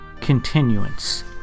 Continuance